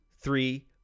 three